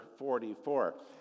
44